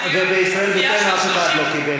ובישראל ביתנו אף אחד לא קיבל.